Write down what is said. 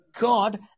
God